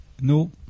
No